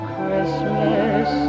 Christmas